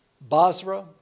Basra